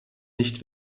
nicht